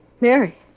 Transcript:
Mary